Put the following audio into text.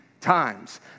times